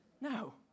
No